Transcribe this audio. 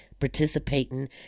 participating